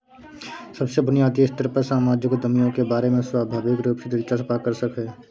सबसे बुनियादी स्तर पर सामाजिक उद्यमियों के बारे में स्वाभाविक रूप से दिलचस्प आकर्षक है